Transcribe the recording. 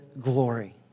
glory